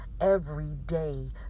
everyday